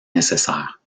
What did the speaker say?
nécessaire